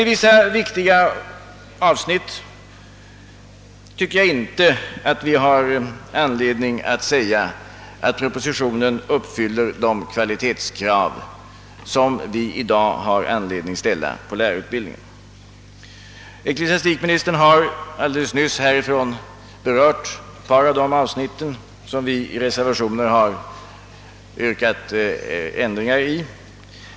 I vissa viktiga avsnitt uppfyller propositionen emellertid inte de kvalitetskrav, som vi i dag måste ställa på lärarutbildningen. Ecklesiastikministern har alldeles nyss berört ett par av de avsnitt, som vi i reservationer har yrkat ändringar i.